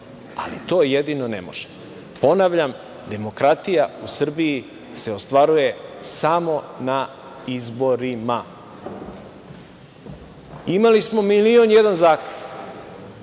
ali to jedino ne možemo. Ponavljam, demokratija u Srbiji se ostvaruje samo na izborima. Imali smo milion i jedan zahtev,